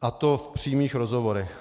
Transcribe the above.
a to v přímých rozhovorech.